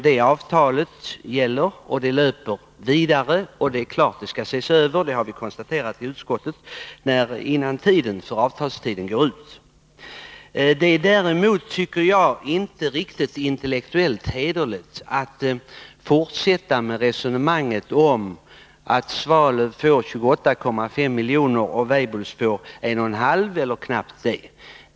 Det avtalet löper, och det är klart att det skall ses över innan avtalstiden går ut — det har vi konstaterat i utskottet. Det är inte riktigt intellektuellt hederligt att fortsätta att föra resonemanget att Svalöf får 28,5 miljoner och Weibulls 1,5 miljoner eller knappt det.